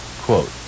Quote